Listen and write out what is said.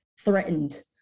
threatened